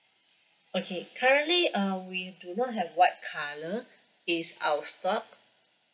okay currently uh we do not have white colour it's out of stock